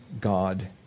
God